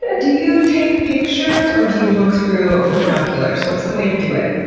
and do you take pictures or do you look through binoculars? what's the way to do it?